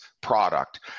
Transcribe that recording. product